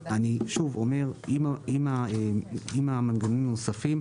אני שוב אומר שעם המנגנונים הנוספים,